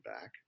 back